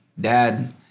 dad